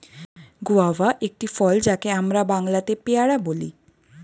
guava একটি ফল যাকে আমরা বাংলাতে পেয়ারা বলি